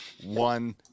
one